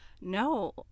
no